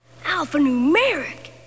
Alphanumeric